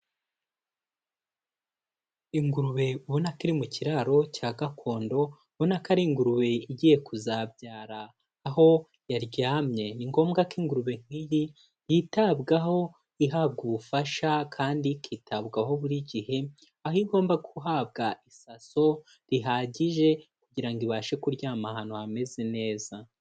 Ingurube ubona ko iri mu kiraro cya gakondo ubona ko ari ingurube igiye kuzabyara, aho yaryamye ni ngombwa ko ingurube nk'iyi yitabwaho ihabwa ubufasha kandi ikitabwaho buri gihe aho igomba guhabwa isaso rihagije kugira ibashe kuryama ahantu hameze neza.